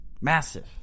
Massive